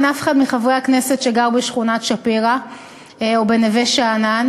אף אחד מחברי הכנסת אינו גר בשכונת-שפירא או בנווה-שאנן,